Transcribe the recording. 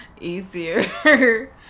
Easier